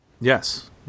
Yes